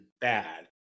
bad